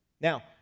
Now